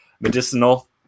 medicinal